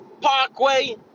Parkway